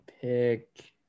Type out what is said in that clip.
pick